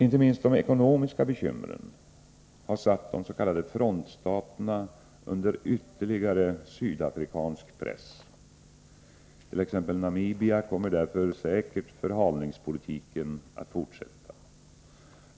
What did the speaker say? Inte minst de ekonomiska bekymren har satt de s.k. frontstaterna under ytterligare sydafrikansk press. I t.ex. Namibia kommer därför säkert förhalningspolitiken att fortsätta.